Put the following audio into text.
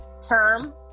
term